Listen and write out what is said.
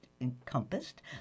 encompassed